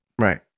Right